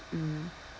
mm